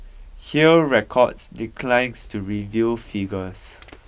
hear records declines to reveal figures